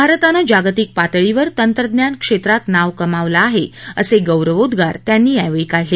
भारतानं जागतिक पातळीवर तंत्रज्ञान क्षेत्रात नाव कमावलं आहे असे गौरवोद्वार त्यांनी यावेळी काढले